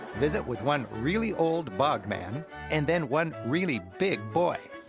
visit with one really old bog man and then one really big boy,